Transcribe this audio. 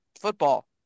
football